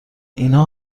اینها